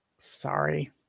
Sorry